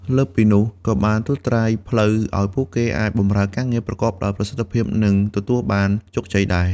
លើសពីនោះ ក៏បានត្រួសត្រាយផ្លូវឱ្យពួកគេអាចបម្រើការងារប្រកបដោយប្រសិទ្ធភាព និងទទួលបានជោគជ័យដែរ។